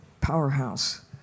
powerhouse